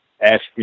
Ask